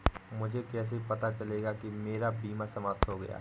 मुझे कैसे पता चलेगा कि मेरा बीमा समाप्त हो गया है?